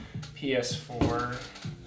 PS4